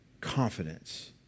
Confidence